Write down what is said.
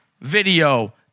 video